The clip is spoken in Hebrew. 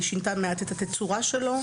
והיא שינתה מעט את התצורה שלו.